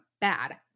bad